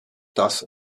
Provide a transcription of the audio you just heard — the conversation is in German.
das